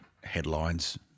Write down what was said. headlines